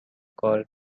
called